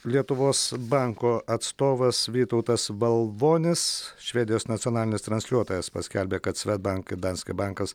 lietuvos banko atstovas vytautas valvonis švedijos nacionalinis transliuotojas paskelbė kad svedbank ir danske bankas